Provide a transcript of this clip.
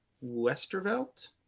Westervelt